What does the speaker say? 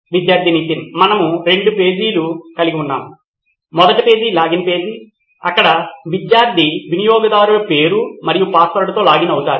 విద్యార్థి నితిన్ మనకు రెండు పేజీలు ఉన్నాయి మొదటి పేజీ లాగిన్ పేజీ అక్కడ విద్యార్థి వినియోగదారు పేరు మరియు పాస్వర్డ్తో లాగిన్ అవుతారు